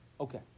Okay